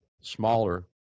smaller